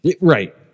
Right